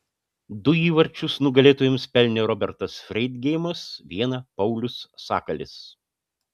du įvarčius nugalėtojams pelnė robertas freidgeimas vieną paulius sakalis